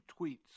tweets